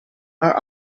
are